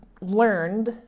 learned